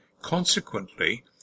Consequently